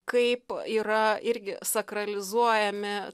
kaip yra irgi sakralizuojame